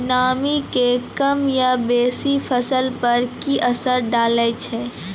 नामी के कम या बेसी फसल पर की असर डाले छै?